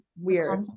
Weird